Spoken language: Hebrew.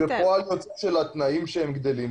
זה פועל יוצא של התנאים שהם גדלים,